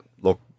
look